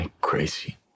crazy